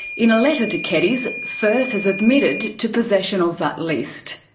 in a letter to keddies, firth has admitted to possession of that list.